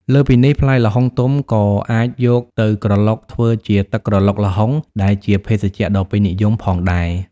លើសពីនេះ ផ្លែល្ហុងទុំក៏អាចយកទៅក្រឡុកធ្វើជា ទឹកក្រឡុកល្ហុង ដែលជាភេសជ្ជៈដ៏ពេញនិយម ផងដែរ។